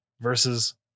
versus